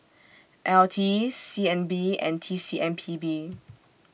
L T C N B and T C M P B